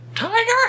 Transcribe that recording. Tiger